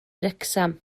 wrecsam